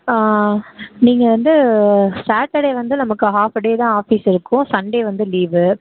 நீங்கள் வந்து சாட்டர்டே வந்து நமக்கு ஹாஃப்ப டேதான் ஆஃபீஸ் இருக்கும் சண்டே வந்து லீவு